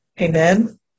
Amen